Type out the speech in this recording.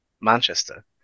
Manchester